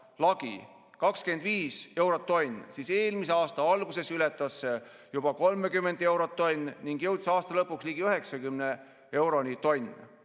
25 eurot tonni eest, siis eelmise aasta alguses ületas see juba 30 eurot tonni eest ning jõudis aasta lõpuks ligi 90 euroni tonni